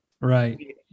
Right